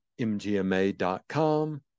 mgma.com